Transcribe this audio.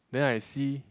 then I see